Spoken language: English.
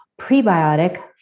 prebiotic